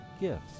gifts